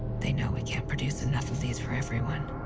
they know we can't produce enough of these for everyone,